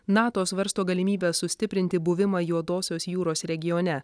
nato svarsto galimybę sustiprinti buvimą juodosios jūros regione